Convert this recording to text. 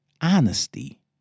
honesty